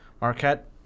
Marquette